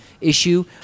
issue